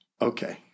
Okay